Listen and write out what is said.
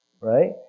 right